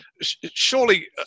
Surely